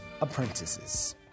apprentices